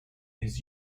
his